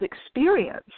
experience